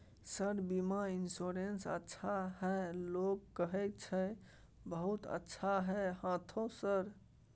Sir बीमा insurance अच्छा है लोग कहै छै बहुत अच्छा है हाँथो सर?